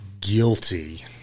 guilty